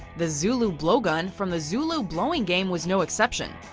the zulu blowgun from the zulu blowing game, was no exception,